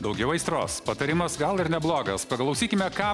daugiau aistros patarimas gal ir neblogas paklausykime ką